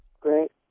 Great